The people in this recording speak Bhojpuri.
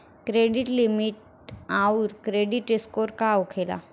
क्रेडिट लिमिट आउर क्रेडिट स्कोर का होखेला?